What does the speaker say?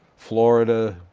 florida,